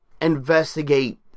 investigate